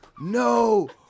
no